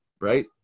right